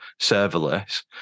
serverless